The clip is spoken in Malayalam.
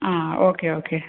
ആ ഓക്കെ ഓക്കെ